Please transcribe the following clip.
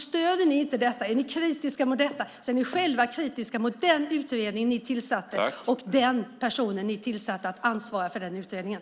Stöder ni inte detta, är ni kritiska mot detta är ni själva kritiska mot den utredning ni tillsatte och den person ni tillsatte att ansvara för den utredningen.